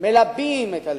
מלבים את הלהבות.